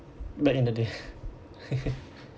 back in the day